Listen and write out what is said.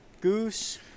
Goose